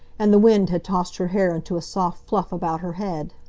and the wind had tossed her hair into a soft fluff about her head.